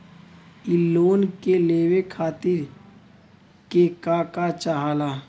इ लोन के लेवे खातीर के का का चाहा ला?